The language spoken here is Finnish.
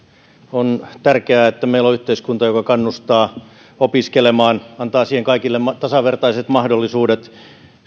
on tärkeää että meillä on yhteiskunta joka kannustaa opiskelemaan antaa siihen kaikille tasavertaiset mahdollisuudet